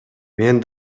мен